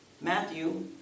Matthew